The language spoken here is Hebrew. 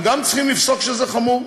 הם גם צריכים לפסוק שזה חמור,